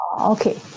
Okay